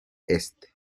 este